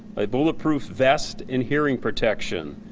a bullet proof vest and hearing protection.